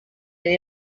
been